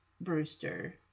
Brewster